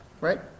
Right